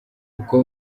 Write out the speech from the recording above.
uko